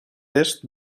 est